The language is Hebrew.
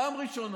פעם ראשונה,